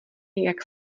jak